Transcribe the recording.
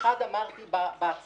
כפי שאמרתי בהצהרה: